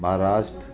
Maharashtra